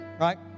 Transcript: Right